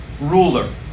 ruler